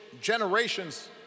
generations